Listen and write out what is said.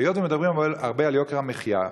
היות שמדברים הרבה על יוקר המחיה,